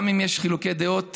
גם אם יש חילוקי דעות,